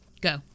Go